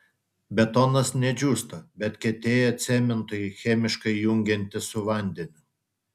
betonas ne džiūsta bet kietėja cementui chemiškai jungiantis su vandeniu